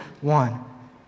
one